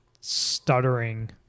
stuttering